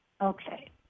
Okay